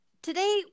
Today